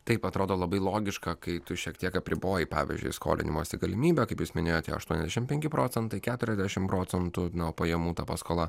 taip atrodo labai logiška kai tu šiek tiek apriboji pavyzdžiui skolinimosi galimybę kaip jūs minėjote aštuoniasdešimt penki procentai keturiasdešimt procentų nuo pajamų ta paskola